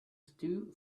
stew